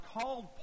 called